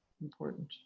important